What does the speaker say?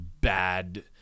bad